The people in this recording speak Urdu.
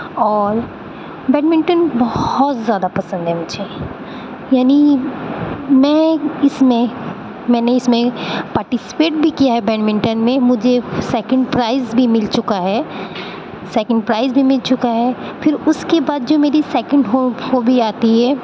اور بیڈمنٹن بہت زیادہ پسند ہے مجھے یعنی میں اس میں میں نے اس میں پارٹیسیپیٹ بھی کیا ہے بیڈمنٹن میں مجھے سیکنڈ پرائز بھی مل چکا ہے سیکنڈ پرائز بھی مل چکا ہے پھر اس کے بعد جو میری سیکنڈ ہابی آتی ہے